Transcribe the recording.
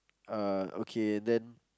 uh okay then